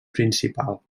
principal